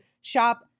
shop